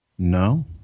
no